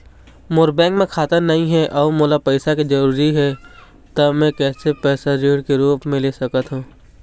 मोर bank म खाता नई हे अउ मोला पैसा के जरूरी हे त मे कैसे पैसा ऋण के रूप म ले सकत हो?